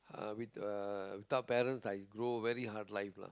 uh with uh without parents I grow very hard life lah